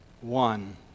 one